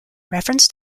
reference